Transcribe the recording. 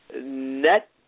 net